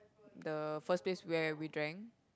the first place where we drank